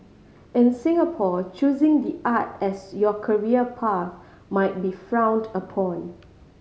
in Singapore choosing the art as your career path might be frowned upon